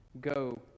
Go